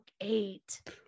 eight